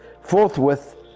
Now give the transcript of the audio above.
Forthwith